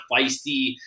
feisty